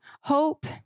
hope